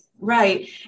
Right